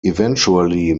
eventually